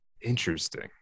interesting